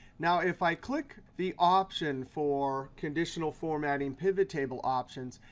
now, if i click the option for conditional formatting, pivot table options,